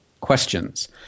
questions